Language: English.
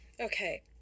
Okay